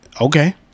Okay